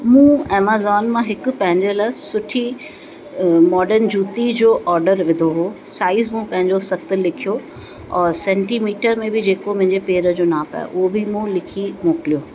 मूं एमेजॉन मां पंहिंजे लाइ सुठी मॉडन जूती जो ऑडर विधो हो साइज़ मूं पंहिंजो सत लिखियो और सेंटीमीटर में बि मुंहिंजे पैर जो जेको नाप आहे हू बि मूं लिखी मोकिलियो